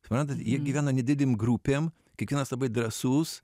suprantat jie gyveno nedidelėm grupėm kiekvienas labai drąsus